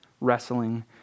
wrestling